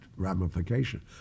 ramification